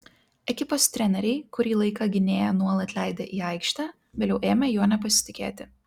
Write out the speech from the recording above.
ekipos treneriai kurį laiką gynėją nuolat leidę į aikštę vėliau ėmė juo nepasitikėti